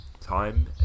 time